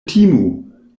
timu